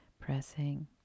pressing